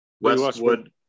Westwood